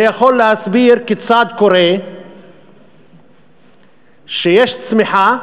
זה יכול להסביר כיצד קורה שיש צמיחה